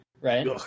right